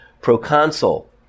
Proconsul